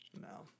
no